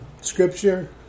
Scripture